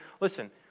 Listen